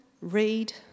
read